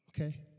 Okay